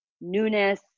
newness